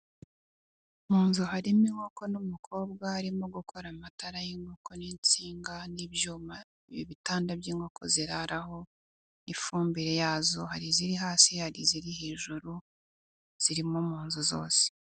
Mu nzu harimo inkoko n'umukobwa aho arimo gukora amatara y'inkoko n'insinga n'ibyuma ibitanda by'inkoko ziraraho ifumbire yazo, hari iziri hasi, hari iziri hejuru zirimo mu nzu zose.